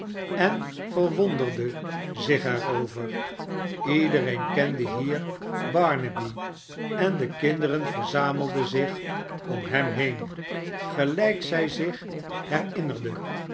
en verwonderde zich er over iedereen kende hier barnaby en de kinderen verzamelden zich om hem heen gelijk zij zich herinnerde